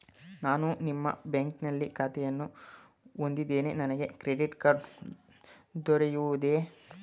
ನಾನು ನಿಮ್ಮ ಬ್ಯಾಂಕಿನಲ್ಲಿ ಖಾತೆಯನ್ನು ಹೊಂದಿದ್ದೇನೆ ನನಗೆ ಕ್ರೆಡಿಟ್ ಕಾರ್ಡ್ ದೊರೆಯುವುದೇ?